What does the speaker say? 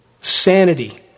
sanity